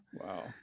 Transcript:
Wow